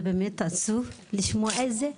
זה באמת עצוב לשמוע את זה.